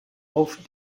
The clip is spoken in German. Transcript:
auf